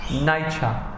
nature